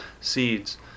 seeds